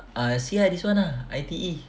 ah see ah this [one] ah I_T_E